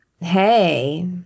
Hey